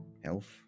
health